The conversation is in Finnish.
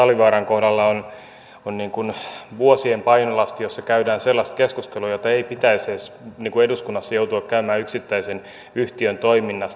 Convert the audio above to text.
valitettavasti talvivaaran kohdalla on vuosien painolasti ja siitä käydään sellaista keskustelua jota ei edes pitäisi eduskunnassa joutua käymään yksittäisen yhtiön toiminnasta